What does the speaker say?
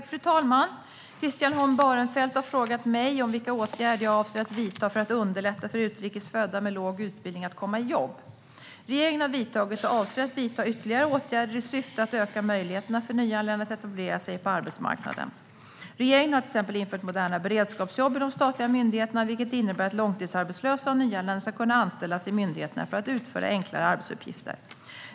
Fru talman! Christian Holm Barenfeld har frågat mig vilka åtgärder jag avser att vidta för att underlätta för utrikes födda med låg utbildning att komma i jobb. Regeringen har vidtagit och avser att vidta ytterligare åtgärder i syfte att öka möjligheterna för nyanlända att etablera sig på arbetsmarknaden. Regeringen har till exempel infört moderna beredskapsjobb i de statliga myndigheterna, vilket innebär att långtidsarbetslösa och nyanlända ska kunna anställas i myndigheterna för att utföra enklare arbetsuppgifter.